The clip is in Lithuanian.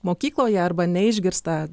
mokykloje arba neišgirsta